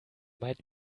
might